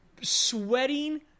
sweating